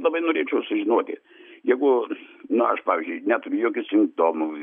labai norėčiau sužinoti jeigu na aš pavyzdžiui neturiu jokių simptomų